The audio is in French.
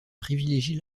privilégie